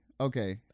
Okay